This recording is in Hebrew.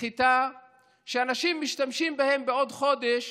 חיטה שאנשים משתמשים בה בעוד חודש